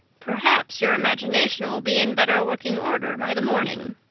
perhaps your imagination will be in better working order by the morning,